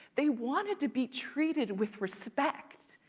they wanted to be treated with respect.